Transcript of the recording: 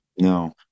No